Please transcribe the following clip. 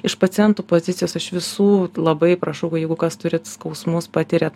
iš pacientų pozicijos aš visų labai prašau kad jeigu kas turit skausmus patiriat